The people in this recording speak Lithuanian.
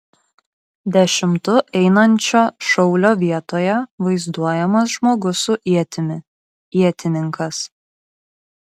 dešimtu einančio šaulio vietoje vaizduojamas žmogus su ietimi ietininkas